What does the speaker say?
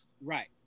Right